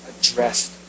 addressed